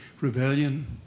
rebellion